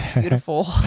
beautiful